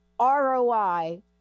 roi